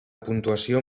puntuació